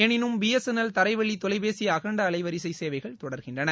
எனினும் பிஎஸ்என்எல் தரைவழி தொலைபேசி அகண்ட அலைவரிசை சேவைகள் தொடர்கின்றன